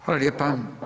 Hvala lijepo.